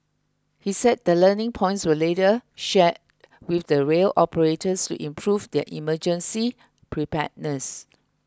he said the learning points were later shared with the rail operators to improve their emergency preparedness